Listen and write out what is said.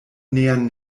nähern